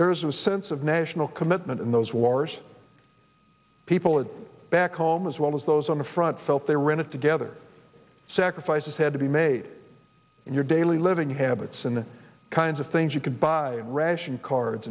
there was a sense of national commitment in those wars people back home as well as those on the front felt they were in it together sacrifices had to be made in your daily living habits and the kinds of things you could buy ration cards